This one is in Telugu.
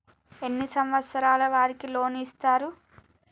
ఎన్ని సంవత్సరాల వారికి లోన్ ఇస్తరు?